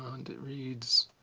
um and it reads,